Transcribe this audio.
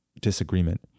disagreement